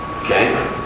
Okay